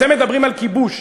אתם מדברים על כיבוש.